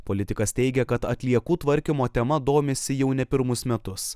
politikas teigia kad atliekų tvarkymo tema domisi jau ne pirmus metus